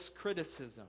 criticism